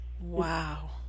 Wow